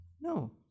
No